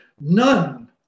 None